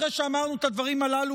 אחרי שאמרנו את הדברים הללו,